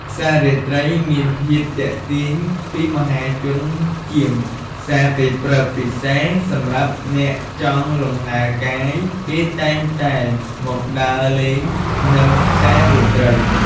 ផ្សាររាត្រីមានភាពទាក់ទាញពីមហាជនជាងផ្សារពេលព្រឹក ពិសេសសម្រាប់អ្នកចង់លំហែរកាយ គេតែងតែមកដើរលេងនៅផ្សាររាត្រី។